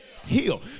heal